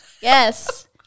Yes